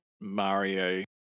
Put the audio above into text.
Mario